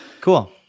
Cool